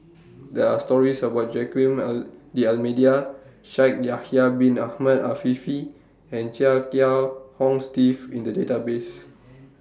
There Are stories about Joaquim D'almeida Shaikh Yahya Bin Ahmed Afifi and Chia Kiah Hong Steve in The Database